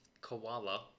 koala